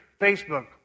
Facebook